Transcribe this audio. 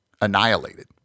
annihilated